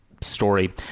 story